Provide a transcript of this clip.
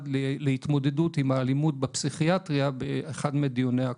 להתמודדות עם האלימות בפסיכיאטריה באחד מדיוניה הקרובים.